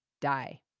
die